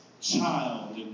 child